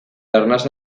arnasa